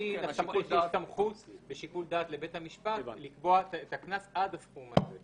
יש סמכות ושיקול דעת לבית המשפט לקבוע את הקנס עד הסכום הזה.